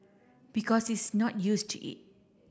because he's not used to it